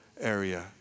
area